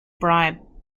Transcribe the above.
bribe